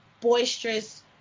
boisterous